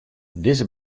dizze